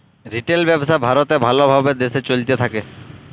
retail ব্যবসা ভারতে ভাল ভাবে দেশে চলতে থাক্যে